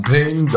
Pain